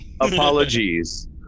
apologies